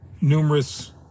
numerous